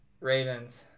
Ravens